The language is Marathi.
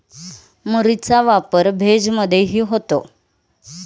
मुरीचा वापर भेज मधेही होतो